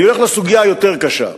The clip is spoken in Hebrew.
אני הולך לסוגיה הקשה יותר,